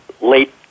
late